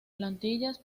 plantillas